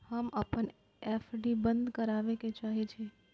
हम अपन एफ.डी बंद करबा के चाहे छी